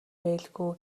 байлгүй